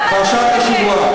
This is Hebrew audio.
למה, פרשת השבוע.